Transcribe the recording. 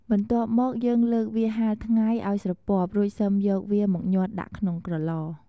បន្ទាប់មកយេីងលើកវាហាលថ្ងៃឱ្យស្រពាប់រួចសឹមយកវាមកញាត់ដាក់ចូលក្នុងក្រឡ។